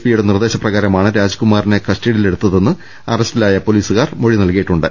പിയുടെ നിർദ്ദേശ പ്രകാരമാണ് രാജ്കുമാറിനെ കസ്റ്റഡിയിലെടുത്തതെന്ന് അറസ്റ്റിലായ പൊലീസുകാർ മൊഴി നൽകിയിട്ടുണ്ട്